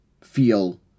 feel